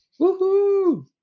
Woohoo